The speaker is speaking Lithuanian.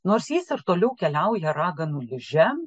nors jis ir toliau keliauja raganų liže